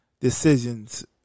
decisions